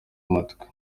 amatwi